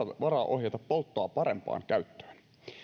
varaa ohjata polttoa parempaan käyttöön